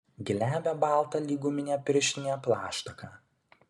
glebią baltą lyg guminė pirštinė plaštaką